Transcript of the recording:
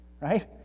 Right